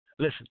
Listen